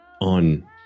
on